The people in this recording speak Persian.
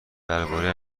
درباره